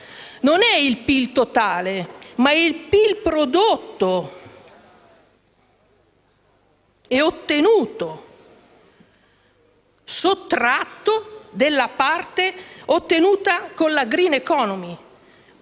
Non è il PIL totale, ma è il PIL prodotto e ottenuto, decurtato della parte ottenuta con la *green economy*